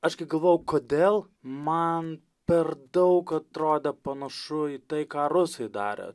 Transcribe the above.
aš gi galvojau kodėl man per daug atrodė panašu į tai ką rusai darė